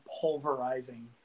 pulverizing